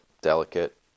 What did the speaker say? delicate